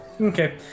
Okay